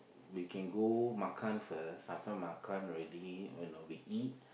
we can go makan first after makan already you know we eat